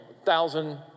thousand